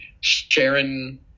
Sharon